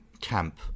camp